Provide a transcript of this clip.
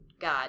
God